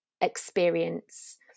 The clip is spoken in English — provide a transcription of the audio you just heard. experience